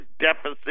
deficit